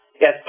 yes